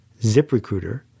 ZipRecruiter